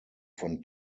von